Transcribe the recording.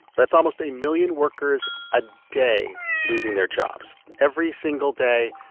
that's almost a million workers a day losing their jobs. every single day,